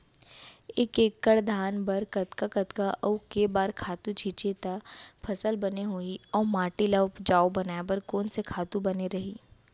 एक एक्कड़ धान बर कतका कतका अऊ के बार खातू छिंचे त फसल बने होही अऊ माटी ल उपजाऊ बनाए बर कोन से खातू बने रही?